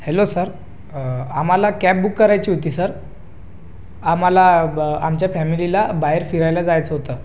hello sir आम्हाला cab book करायची होती सर आम्हाला ब आमच्या फॅमिलीला बाहेर फिरायला जायचं होतं